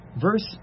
Verse